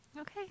Okay